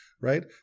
right